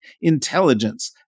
intelligence